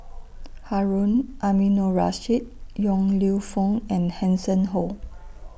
Harun Aminurrashid Yong Lew Foong and Hanson Ho